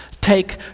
take